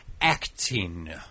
acting